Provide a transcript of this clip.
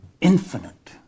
infinite